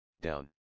down